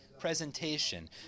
Presentation